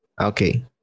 Okay